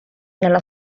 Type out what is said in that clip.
nella